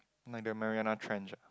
like the Mariana-Trench ah